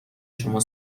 شما